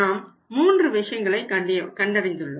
நாம் மூன்று விஷயங்களை கண்டறிந்துள்ளோம்